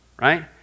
right